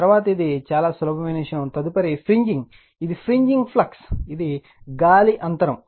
తరువాత ఇది చాలా సులభమైన విషయం తదుపరి ఫ్రిన్జింగ్ ఇది ఫ్రిన్జింగ్ ఫ్లక్స్ ఇది గాలి అంతరం